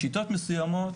בשיטות מסוימות,